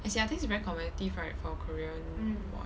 as in I think is very competitive right for korean mod